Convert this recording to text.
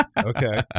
okay